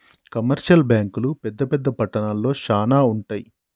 commercial బ్యాంకులు పెద్ద పెద్ద పట్టణాల్లో శానా ఉంటయ్